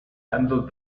handle